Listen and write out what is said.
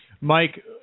Mike